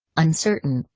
uncertain,